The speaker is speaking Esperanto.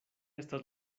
estas